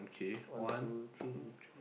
one two three